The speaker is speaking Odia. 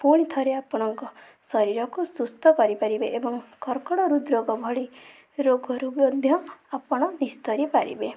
ପୁଣିଥରେ ଆପଣଙ୍କ ଶରୀରକୁ ସୁସ୍ଥ କରିପାରିବେ ଏବଂ କର୍କଟ ହୃଦରୋଗ ଭଳି ରୋଗରୁ ମଧ୍ୟ ଆପଣ ନିସ୍ତରୀ ପାରିବେ